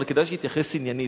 אבל כדאי שיתייחס עניינית.